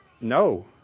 no